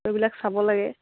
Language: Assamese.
সেইবিলাক চাব লাগে